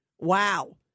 Wow